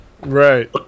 Right